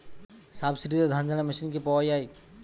সাবসিডিতে ধানঝাড়া মেশিন কি পাওয়া য়ায়?